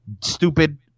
Stupid